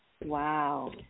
Wow